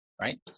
Right